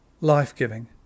life-giving